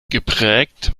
geprägt